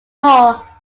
more